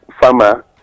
farmer